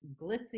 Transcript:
glitzy